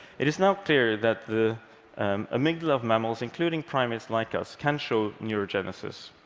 it is now clear that the amygdala of mammals, including primates like us, can show neurogenesis.